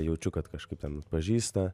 jaučiu kad kažkaip ten atpažįsta